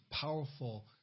powerful